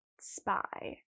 spy